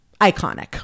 iconic